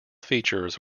features